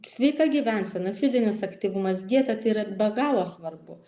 sveika gyvensena fizinis aktyvumas dieta tai yra be galo svarbu